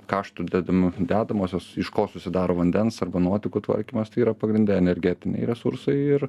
kartų dedamu dedamosios iš ko susidaro vandens arba nuotekų tvarkymas tai yra pagrinde energetiniai resursai ir